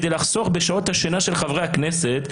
כדי לחסוך בשעות השינה של חברי הכנסת,